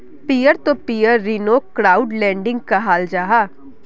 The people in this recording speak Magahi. पियर तो पियर ऋन्नोक क्राउड लेंडिंग कहाल जाहा